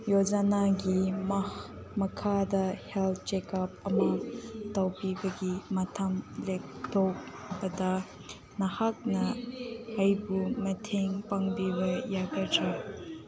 ꯌꯣꯖꯅꯥꯒꯤ ꯃꯈꯥꯗ health checkup ꯑꯃ ꯇꯧꯕꯤꯕꯒꯤ ꯃꯇꯝ ꯂꯦꯞꯊꯣꯛꯄꯗ ꯅꯍꯥꯛꯅ ꯑꯩꯕꯨ ꯃꯇꯦꯡ ꯄꯥꯡꯕꯤꯕ ꯌꯥꯒꯗ꯭ꯔꯥ